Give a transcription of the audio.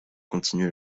continuer